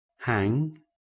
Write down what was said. hang